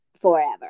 forever